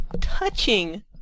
touching